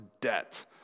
debt